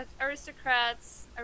aristocrats